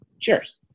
Cheers